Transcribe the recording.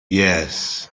yes